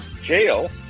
Jail